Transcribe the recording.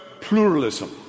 pluralism